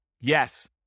Yes